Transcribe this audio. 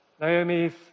Naomi's